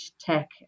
Tech